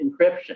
encryption